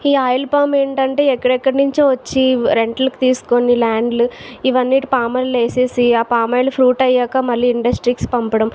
ఈ oil farm ఏంటంటే ఎక్కడెక్కడ నుంచో వచ్చి రెంట్ లకు తీసుకొని ల్యాండ్లు ఇవన్నీ పామ్ ఆయిల్ లో వేసేసి ఆ పామ్ ఆయిల్ ఫ్రూట్ అయ్యాక మళ్లీ ఇండస్ట్రీస్ పంపడం